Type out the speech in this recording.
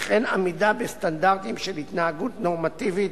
וכן עמידה בסטנדרטים של התנהגות נורמטיבית,